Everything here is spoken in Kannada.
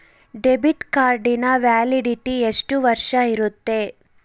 ಡೆಬಿಟ್ ಕಾರ್ಡಿನ ವ್ಯಾಲಿಡಿಟಿ ಎಷ್ಟು ವರ್ಷ ಇರುತ್ತೆ?